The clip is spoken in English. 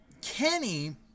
Kenny